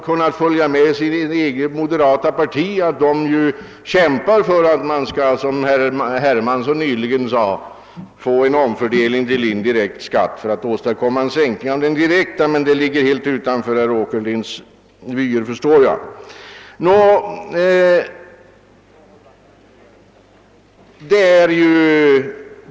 Herr Åkerlinds eget parti kämpar för övrigt för en omläggning till indirekt skatt i syfte att åstadkomma en sänkning av den direkta skatten. Men jag förstår att dessa saker ligger helt utanför herr Åkerlinds vyer.